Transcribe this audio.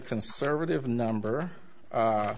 conservative number a